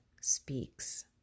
speaks